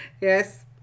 Yes